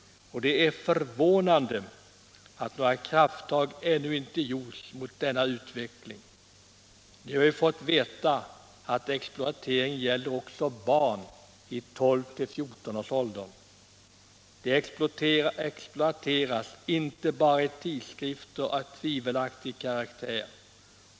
Det är förvånande att några krafttag ännu inte gjorts mot denna utveckling. Nu har vi fått veta att exploateringen gäller också barn i 12-14 årsåldern. De exploateras inte bara i tidskrifter av tvivelaktig karaktär.